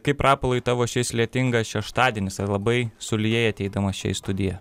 kaip rapolai tavo šis lietingas šeštadienis ar labai sulieja ateidamas čia į studiją